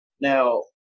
Now